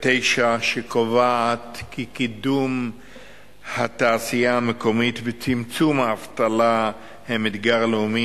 ואשר קובעת כי קידום התעשייה המקומית וצמצום האבטלה הם אתגר לאומי,